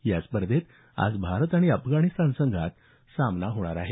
या स्पर्धेत आज भारत आणि अफगाणिस्तान संघात सामना होणार आहे